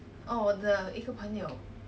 then 你刚才讲我很胖